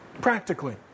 Practically